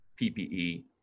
PPE